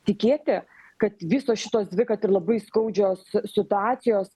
tikėti kad visos šitos dvi kad ir labai skaudžios situacijos